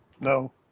No